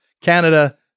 Canada